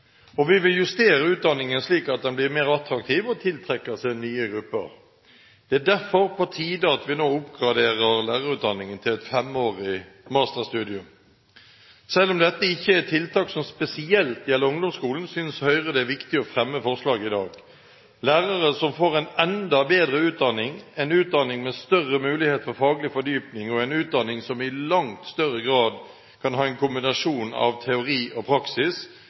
og vi vil justere utdanningen slik at den blir mer attraktiv og tiltrekker seg nye grupper. Det er derfor på tide at vi nå oppgraderer lærerutdanningen til et femårig masterstudium. Selv om dette ikke er tiltak som spesielt gjelder ungdomsskolen, synes Høyre det er viktig å fremme forslaget i dag. Lærere som får en enda bedre utdanning, en utdanning med større mulighet for faglig fordypning og en utdanning som i langt større grad kan ha en kombinasjon av teori og praksis,